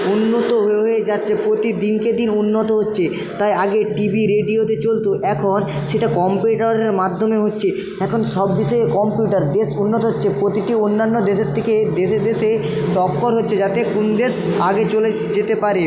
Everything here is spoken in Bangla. উন্নত হয়ে হয়ে যাচ্ছে প্রতি দিনকে দিন উন্নত হচ্ছে তাই আগে টিভি রেডিওতে চলতো এখন সেটা কম্পিউটারের মাধ্যমে হচ্ছে এখন সব দেশেও কম্পিউটার দেশ উন্নত হচ্ছে প্রতিটি অন্যান্য দেশের থেকে দেশে দেশে টক্কর হচ্ছে যাতে কোন দেশ আগে চলে যেতে পারে